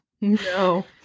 No